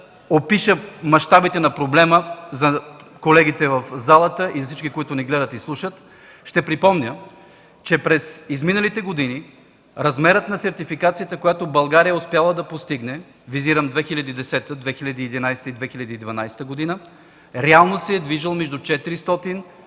опишем мащабите на проблема за колегите в залата и за всички, които ни гледат и слушат, ще припомня, че през изминалите години размерът на сертификацията, която България е успяла да постигне – визирам 2010, 2011 и 2012 г., реално се е движел между 400 и